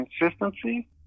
consistency